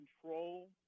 control